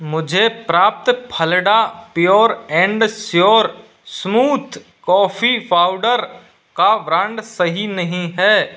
मुझे प्राप्त फलडा pure and sure smooth coffee powder का वरांड सही नहीं है